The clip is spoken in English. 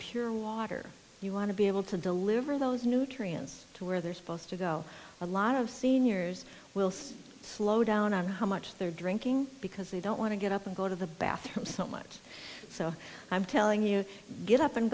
pure water you want to be able to deliver those nutrients to where they're supposed to go a lot of seniors will slow down on how much they're drinking because they don't want to get up and go to the bathroom so much so i'm telling you get up and